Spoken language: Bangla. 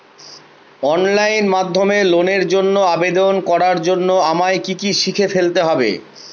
অনলাইন মাধ্যমে লোনের জন্য আবেদন করার জন্য আমায় কি কি শিখে ফেলতে হবে?